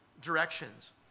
directions